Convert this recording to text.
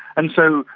and so,